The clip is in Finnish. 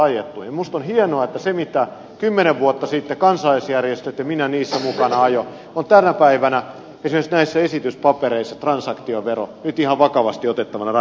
minusta on hienoa että se mitä kymmenen vuotta sitten kansalaisjärjestöt ja minä niissä mukana ajoivat esimerkiksi näissä esityspapereissa transaktiovero on nyt tänä päivänä ihan vakavasti otettavana ratkaisuna